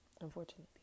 unfortunately